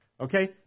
Okay